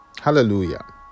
Hallelujah